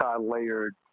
layered